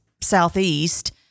Southeast